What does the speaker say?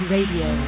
Radio